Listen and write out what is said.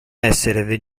essere